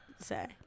say